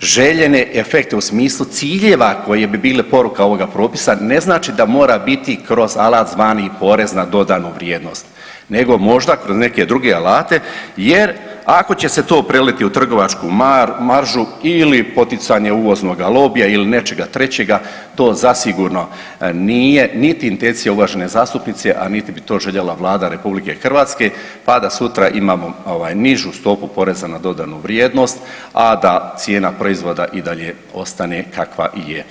željene efekte u smislu ciljeva koji bi bili poruka ovoga propisa ne znači da mora biti kroz alat zvani porez na dodanu vrijednost, nego možda kroz neke druge alate jer ako će se to preliti u trgovačku maržu ili poticanje uvoznoga lobija ili nečega trećega to zasigurno nije niti intencija uvažene zastupnice, a niti bi to željela Vlada RH pa da sutra imamo ovaj nižu stopu poreza na dodanu vrijednost, a da cijena proizvoda i dalje ostane kakva i je.